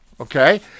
Okay